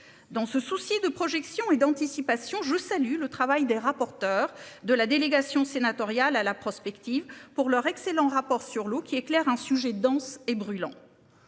Dans ce souci de projections et d'anticipation. Je salue le travail des rapporteurs de la délégation sénatoriale à la prospective pour leur excellent rapport sur l'eau qui est clair, un sujet danse et brûlant.